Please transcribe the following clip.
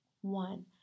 One